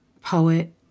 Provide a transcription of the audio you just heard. poet